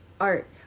Art